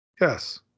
Yes